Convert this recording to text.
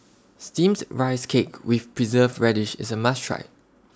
Steamed Rice Cake with Preserved Radish IS A must Try